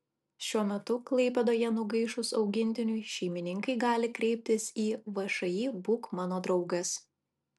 šiuo metu klaipėdoje nugaišus augintiniui šeimininkai gali kreiptis į všį būk mano draugas